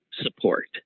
support